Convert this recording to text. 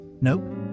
Nope